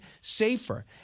safer